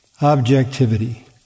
objectivity